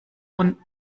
und